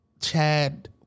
Chad